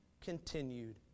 continued